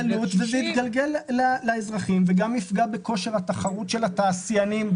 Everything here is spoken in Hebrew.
זה יתגלגל לאזרחים וגם יפגע בכושר התחרות של התעשיינים.